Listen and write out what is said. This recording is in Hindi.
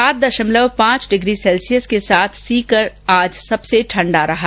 सात दशमलव पांच डिग्री सैल्सियस के साथ सीकर सबसे ठंडा स्थान रहा